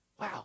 Wow